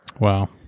Wow